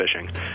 fishing